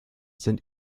sind